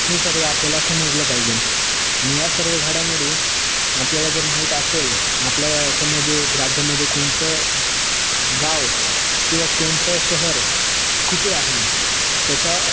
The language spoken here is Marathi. हे सर्व आपल्याला समजलं पाहिजे आणि या सर्व घडामोडी आपल्याला जर माहीत असेल आपल्या याच्यामध्ये राज्यामध्ये कोणतं गाव किंवा कोणतं शहर कुठे आहे त्याचा